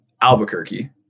Albuquerque